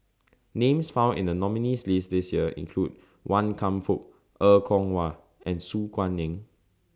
Names found in The nominees' list This Year include Wan Kam Fook Er Kwong Wah and Su Guaning